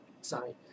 Sorry